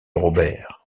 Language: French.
robert